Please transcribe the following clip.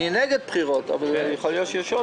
אני נגד בחירות, אבל יכול להיות.